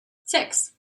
six